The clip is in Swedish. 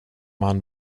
han